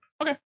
Okay